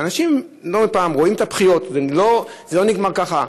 ואנשים לא פעם רואים את הבכיות, וזה לא נגמר ככה.